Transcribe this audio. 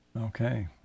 Okay